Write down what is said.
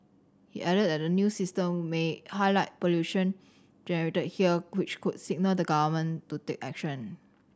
he added that the new system may highlight pollution generated here which could signal the Government to take action